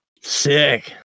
Sick